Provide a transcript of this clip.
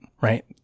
right